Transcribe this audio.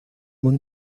buen